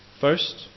First